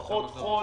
פחות חודש.